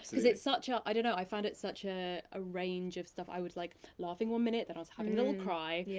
cause it's such a, i don't know, i find it such ah a range of stuff, i was like, laughing one minute, then i was having a little cry, yeah